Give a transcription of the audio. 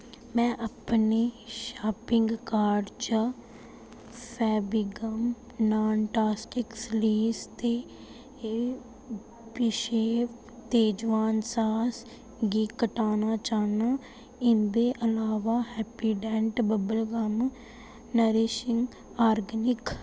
में अपने shopping cart चा फेविगम नॉन टॉक्सिक सलेस ते एह् बिशैफ शेज़वान सास गी कटाना चाह्न्नां इं'दे अलावा Happydent bubble gum nourishing Organics